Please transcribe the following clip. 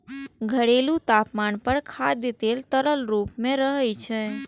घरेलू तापमान पर खाद्य तेल तरल रूप मे रहै छै